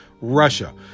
Russia